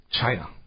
China